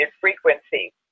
frequency